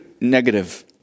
negative